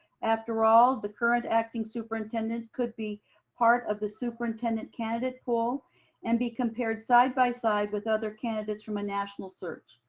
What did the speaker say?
after all the current acting superintendent could be part of the superintendent candidate pool and be compared side by side with other candidates from a national search.